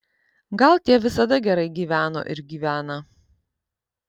gal tie visada gerai gyveno ir gyvena